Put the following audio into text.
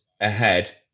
ahead